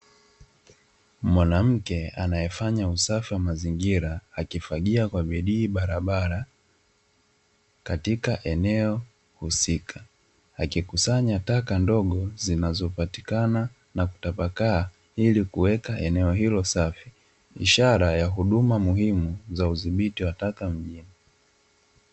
Mwanamke anayefanya usafi wa mazingira akifagia kwa bidii barabara katika eneo husika, akikusanya taka ndogo zinazopatikana na kutapakaa ili kuweka eneo hilo safi. Ishara ya huduma muhimu za udhibiti wa taka mjini.